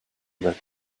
read